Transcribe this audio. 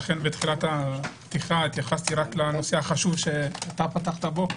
אכן בפתיחה התייחסתי רק לנושא החשוב שאתה פתחת בו.